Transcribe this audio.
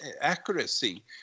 accuracy